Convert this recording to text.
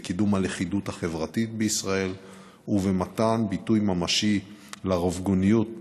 בקידום הלכידות החברתית בישראל ובמתן ביטוי ממשי לרב-גוניות בחברה,